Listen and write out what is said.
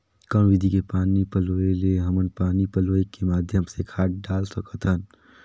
कौन विधि के पानी पलोय ले हमन पानी पलोय के माध्यम ले खाद डाल सकत हन?